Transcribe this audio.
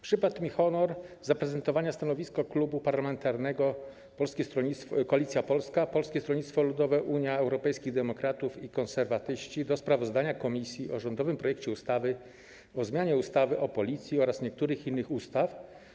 Przypadł mi honor zaprezentowania stanowiska Klubu Parlamentarnego Koalicja Polska - Polskie Stronnictwo Ludowe, Unia Europejskich Demokratów, Konserwatyści w sprawie sprawozdania komisji o rządowym projekcie ustawy o zmianie ustawy o Policji oraz niektórych innych ustaw.